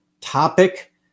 topic